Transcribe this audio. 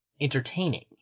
entertaining